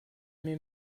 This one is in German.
mir